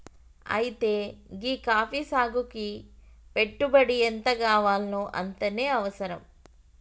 అయితే గీ కాఫీ సాగుకి పెట్టుబడి ఎంతగావాల్నో అంతనే అవసరం